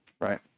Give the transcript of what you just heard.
right